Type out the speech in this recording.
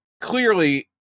clearly